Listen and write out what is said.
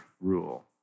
rule